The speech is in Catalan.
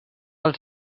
els